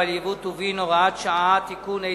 ומוסדות כספיים) (הוראת שעה) (תיקון),